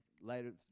later